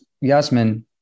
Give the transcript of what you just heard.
Yasmin